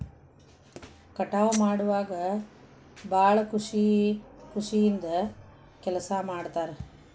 ಕಟಾವ ಮಾಡುವಾಗ ಭಾಳ ಖುಷಿ ಖುಷಿಯಿಂದ ಕೆಲಸಾ ಮಾಡ್ತಾರ